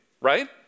right